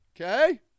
okay